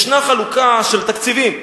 יש חלוקה של תקציבים.